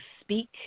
speak